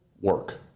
work